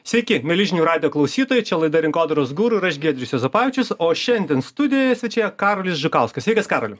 sveiki mieli žinių radijo klausytojai čia laida rinkodaros guru ir aš giedrius juozapavičius o šiandien studijoje svečėja karolis žukauskas sveikas karoli